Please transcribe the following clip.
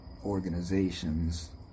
organizations